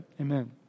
Amen